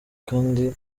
kandi